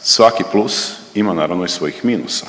svaki plus ima naravno i svojih minusa.